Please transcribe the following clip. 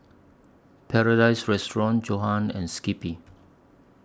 Paradise Restaurant Johan and Skippy